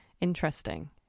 interesting